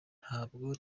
ntabwo